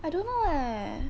I don't know eh